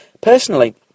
Personally